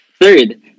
Third